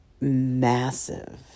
massive